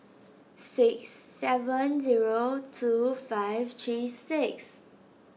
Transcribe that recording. six seven zero two five three six